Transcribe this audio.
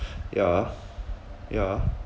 yeah yeah